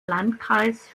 landkreis